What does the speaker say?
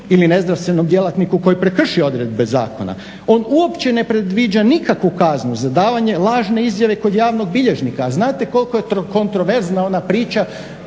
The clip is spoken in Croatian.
ili nezdravstvenom djelatniku koji prekrši odredbe zakona. On uopće ne predviđa nikakvu kaznu za davanje lažne izjave kod javnog bilježnika, a znate koliko je kontroverzna ona priča